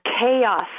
chaos